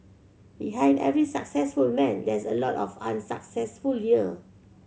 behind every successful man there's a lot of unsuccessful year